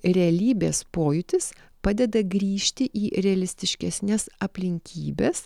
realybės pojūtis padeda grįžti į realistiškesnes aplinkybes